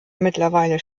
mittlerweile